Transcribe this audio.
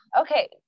Okay